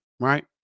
right